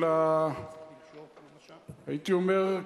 הייתי אומר,